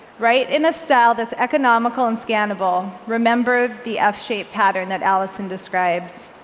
write in a style that's economical and scannable. remember the f shape pattern that allison described.